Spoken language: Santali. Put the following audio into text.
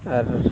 ᱟᱨ